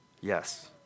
Yes